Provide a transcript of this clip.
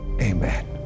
Amen